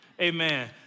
Amen